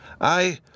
I